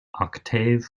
octave